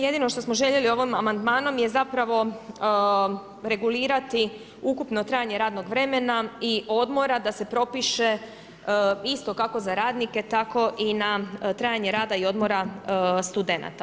Jedino što smo željeli ovim amandmanom je zapravo regulirati ukupno trajanje radnog vremena i odmora da se propiše isto kako za radnike tako i na trajanje rada i odmora studenata.